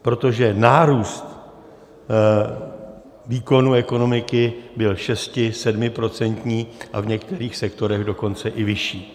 Protože nárůst výkonu ekonomiky byl šesti, sedmiprocentní, a v některých sektorech dokonce i vyšší.